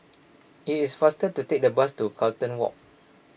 it is faster to take the bus to Carlton Walk